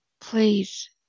Please